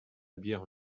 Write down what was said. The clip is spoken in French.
bière